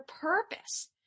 purpose